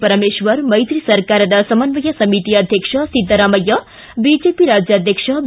ಪರಮೇಶ್ವರ್ ಮೈತ್ರಿ ಸರ್ಕಾರದ ಸಮನ್ವಯ ಸಮಿತಿ ಅಧ್ಯಕ್ಷ ಸಿದ್ದರಾಮಯ್ಯ ಬಿಜೆಪಿ ರಾಜ್ಯಾಧ್ವಕ್ಷ ಬಿ